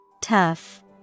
Tough